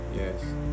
Yes